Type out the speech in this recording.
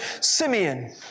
Simeon